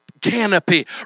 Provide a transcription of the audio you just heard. Canopy